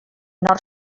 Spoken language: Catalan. nord